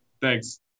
Thanks